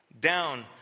down